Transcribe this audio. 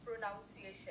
pronunciation